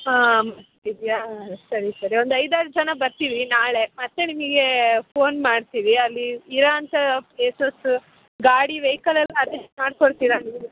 ಹಾಂ ಇದೆಯಾ ಸರಿ ಸರಿ ಒಂದು ಐದು ಆರು ಜನ ಬರ್ತೀವಿ ನಾಳೆ ಮತ್ತೆ ನಿಮಗೇ ಫೋನ್ ಮಾಡ್ತೀವಿ ಅಲ್ಲಿ ಇರೋ ಅಂಥ ಪ್ಲೇಸಸ್ಸ್ ಗಾಡಿ ವೇಕಲ್ ಎಲ್ಲ ಅಡ್ಜಸ್ಟ್ ಮಾಡ್ಕೊಡ್ತೀರ ನೀವು